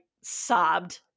sobbed